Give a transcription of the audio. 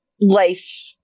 life